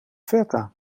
feta